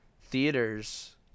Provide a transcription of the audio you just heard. theaters